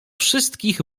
wszystkich